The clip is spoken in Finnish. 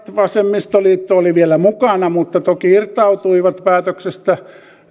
vasemmistoliitto oli vielä mukana mutta toki irtautui päätöksestä